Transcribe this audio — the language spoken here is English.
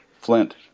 Flint